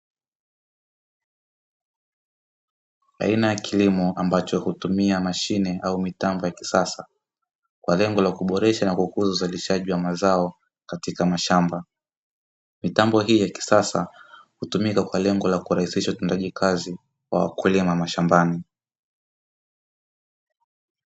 Aina ya kilimo ambacho utumia mashine au mitambo ya kisasa, kwa lengo la kuboresha na kukuza uzalishaji wa mazao katika mashamba. Mitambo hii ya kisasa, utumika kwa lengo la kurahisisha utendaji kazi wa wakulima shambani.